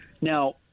now